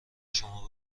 شما